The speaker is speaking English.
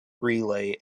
relay